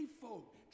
folk